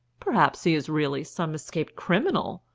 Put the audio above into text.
perhaps he is really some escaped criminal?